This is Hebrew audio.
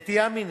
נטייה מינית,